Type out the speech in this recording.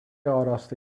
آراسته